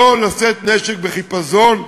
לא לשאת נשק בחיפזון,